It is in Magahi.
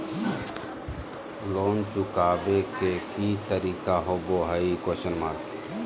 लोन चुकाबे के की तरीका होबो हइ?